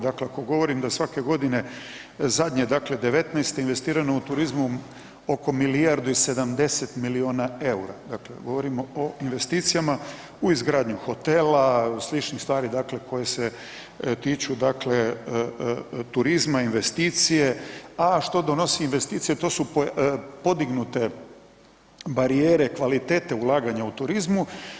Dakle ako govorim da svake godine zadnje, dakle 2019., investirano je u turizmu oko milijardu i 70 milijuna eura, dakle govorimo o investicijama, u izgradnju hotela, sličnih stvari, dakle koje se tiču turizma, investicije a što donose investicije, to su podignute barijere kvalitete ulaganja u turizmu.